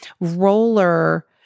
roller